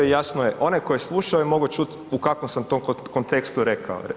Jasno je onaj tko je slušao je mogao čuti u kakvom sam to kontekstu rekao.